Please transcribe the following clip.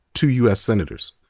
two u s. senators.